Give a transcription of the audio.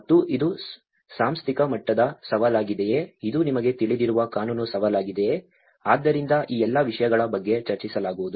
ಮತ್ತು ಇದು ಸಾಂಸ್ಥಿಕ ಮಟ್ಟದ ಸವಾಲಾಗಿದೆಯೇ ಇದು ನಿಮಗೆ ತಿಳಿದಿರುವ ಕಾನೂನು ಸವಾಲಾಗಿದೆಯೇ ಆದ್ದರಿಂದ ಈ ಎಲ್ಲಾ ವಿಷಯಗಳ ಬಗ್ಗೆ ಚರ್ಚಿಸಲಾಗುವುದು